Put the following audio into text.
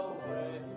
away